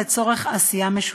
לצורך עשייה משותפת.